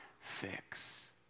fix